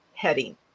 Heading